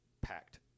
packed